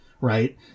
right